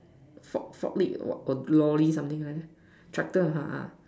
ford ford lift or what or lorry or something like that tractor ha uh